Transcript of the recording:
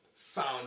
Found